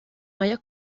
mayor